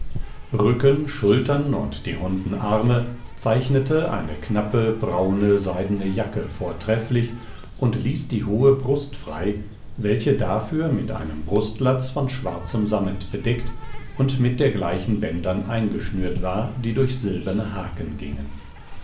rücken schultern und die runden arme zeichnete eine knappe braune seidene jacke vortrefflich und ließ die hohe brust frei welche dafür mit einem brustlatz von schwarzem sammet bedeckt und mit dergleichen bändern eingeschnürt war die durch silberne haken gingen